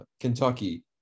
Kentucky